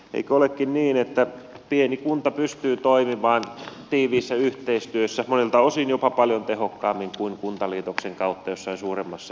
eikö olekin niin että pieni kunta pystyy toimimaan tiiviissä yhteistyössä monilta osin jopa paljon tehokkaammin kuin kuntaliitoksen kautta jossain suuremmassa kokonaisuudessa